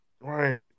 Right